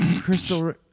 Crystal